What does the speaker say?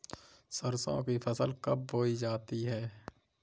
सरसों की फसल कब बोई जाती है?